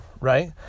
right